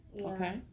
Okay